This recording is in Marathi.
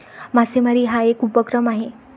मासेमारी हा एक उपक्रम आहे